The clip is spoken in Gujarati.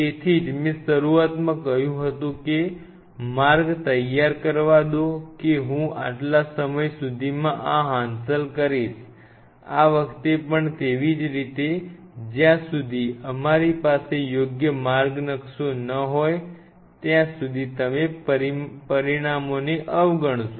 તેથી જ મેં શરૂઆતમાં તમને કહ્યું હતું કે માર્ગ તૈયાર કરવા દો કે હું આટલા સમય સુધીમાં આ હાંસલ કરીશ આ વખતે પણ તેવી જ રીતે જ્યાં સુધી અમારી પાસે યોગ્ય માર્ગ નકશો ન હોય ત્યાં સુધી તમે પરિણામોને અવગણ શો